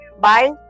Bye